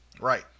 Right